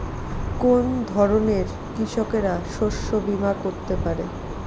কোন ধরনের কৃষকরা শস্য বীমা করতে পারে?